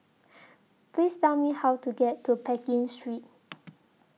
Please Tell Me How to get to Pekin Street